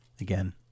again